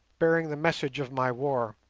bearing the message of my war.